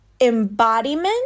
embodiment